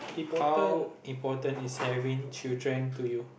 how important is having children to you